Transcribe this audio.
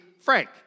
Frank